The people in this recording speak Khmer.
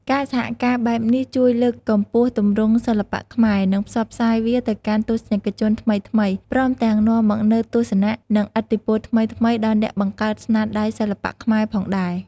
ការសហការបែបនេះជួយលើកកម្ពស់ទម្រង់សិល្បៈខ្មែរ និងផ្សព្វផ្សាយវាទៅកាន់ទស្សនិកជនថ្មីៗ ព្រមទាំងនាំមកនូវទស្សនៈ និងឥទ្ធិពលថ្មីៗដល់អ្នកបង្កើតស្នាដៃសិល្បៈខ្មែរផងដែរ។